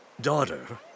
Daughter